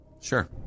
sure